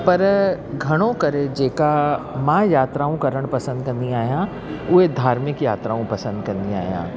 पर घणो करे जेका मां यात्राऊं करणु पसंद कंदी आहियां उहे धार्मिक यात्राऊं पसंदि कंदी आहियां